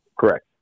Correct